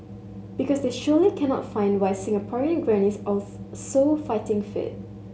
because they surely cannot find why Singaporean grannies are so fighting fit